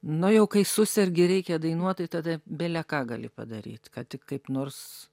no jau kai susergi ir reikia dainuot tai tada bele ką gali padaryt kad tik kaip nors